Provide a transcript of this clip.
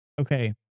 okay